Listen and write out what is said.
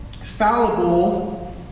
fallible